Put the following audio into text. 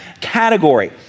category